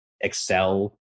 excel